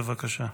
בבקשה.